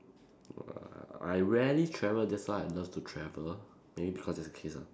uh I rarely travel that's why I love to travel maybe because there's ah